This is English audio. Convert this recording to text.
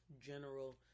general